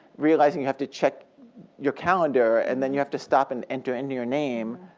realizing you have to check your calendar, and then you have to stop and enter in your name.